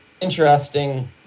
interesting